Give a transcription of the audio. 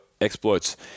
exploits